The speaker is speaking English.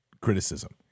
criticism